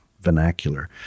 vernacular